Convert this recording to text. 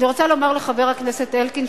אני רוצה לומר לחבר הכנסת אלקין,